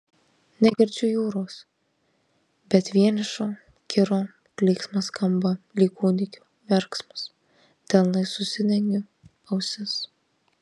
negirdžiu jūros bet vienišo kiro klyksmas skamba lyg kūdikio verksmas delnais užsidengiu ausis